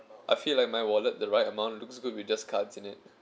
I feel like my wallet the right amount looks good with just cards in it